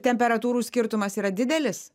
temperatūrų skirtumas yra didelis